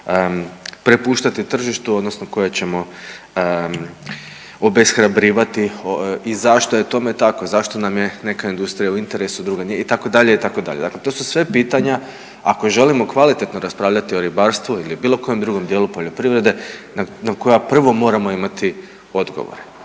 prepuštati tržištu, odnosno koje ćemo obeshrabrivati i zašto je tome tako, zašto nam je neka industrija u interesu, a druga nije, itd., itd., dakle to su sve pitanja, ako želimo kvalitetno raspravljati o ribarstvu ili bilo kojem drugom dijelu poljoprivrede na koja prvo moramo imati odgovor.